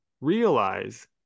realize